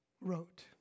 wrote